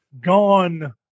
gone